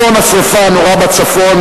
אסון השרפה הנורא בצפון,